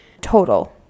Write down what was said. total